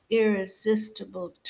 irresistible